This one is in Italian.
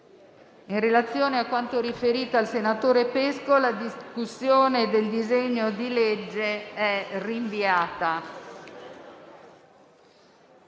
In relazione a quanto riferito dal senatore Pesco, l'esame del disegno di legge è rinviato